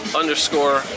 underscore